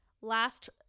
Last